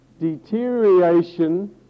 deterioration